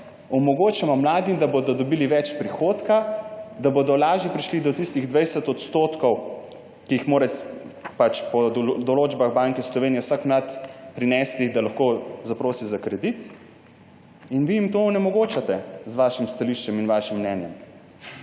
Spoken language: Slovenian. omogočamo mladim, da bodo dobili več prihodka, da bodo lažje prišli do tistih 20 %, ki jih mora po določbah Banke Slovenije vsak mlad prinesti, da lahko zaprosi za kredit. Vi jim to onemogočate z vašim stališčem in vašim mnenjem.